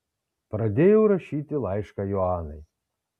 pradėjau rašyti laišką joanai